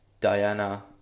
Diana